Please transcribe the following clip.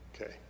Okay